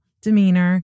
demeanor